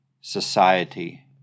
society